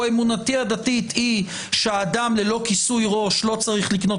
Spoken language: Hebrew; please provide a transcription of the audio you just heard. או אמונתי הדתית היא שאדם ללא כיסוי ראש לא צריך לקנות